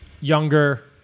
younger